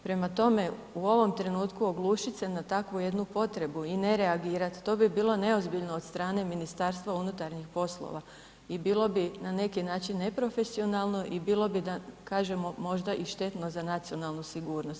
Prema tome, u ovom trenutku oglušit se na takvu jednu potrebu i ne reagirati, to bi bilo neozbiljno od strane Ministarstva unutarnjih poslova i bilo bi na neki način neprofesionalno i bilo bi da kažemo možda i štetno za nacionalnu sigurnost.